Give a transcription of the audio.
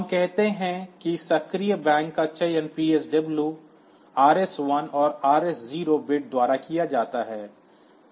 हम कहते हैं कि सक्रिय बैंक का चयन PSW RS1 और RS0 बिट्स द्वारा किया जाता है